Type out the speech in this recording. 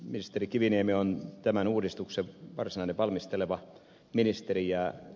ministeri kiviniemi on tämän uudistuksen varsinainen valmisteleva ministeri